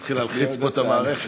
אתה מתחיל להלחיץ פה את המערכת.